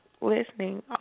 listening